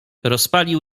rozpalił